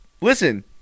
listen